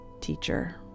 teacher